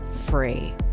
free